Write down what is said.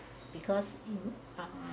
because hmm ah